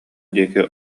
диэки